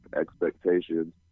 expectations